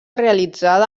realitzada